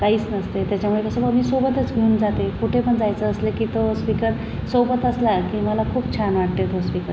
काहीच नसते त्याच्यामुळे कसं मग मी सोबतच घेऊन जाते कुठे पण जायचं असलं की तो स्पीकर सोबत असला की मला खूप छान वाटते तो स्पीकर